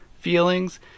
feelings